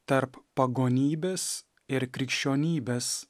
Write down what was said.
tarp pagonybės ir krikščionybės